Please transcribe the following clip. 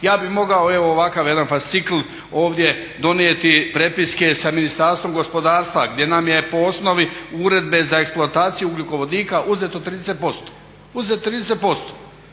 Ja bih mogao evo ovakav jedan fascikl ovdje donijeti prepiske sa Ministarstvom gospodarstva gdje nam je po osnovi Uredbe za eksploataciju ugljikovodika uzeto 30%. I u